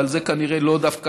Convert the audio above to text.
הוא בתנ"ך,